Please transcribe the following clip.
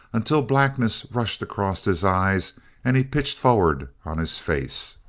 until blackness rushed across his eyes and he pitched forward on his face.